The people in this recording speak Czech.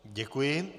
Děkuji.